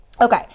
okay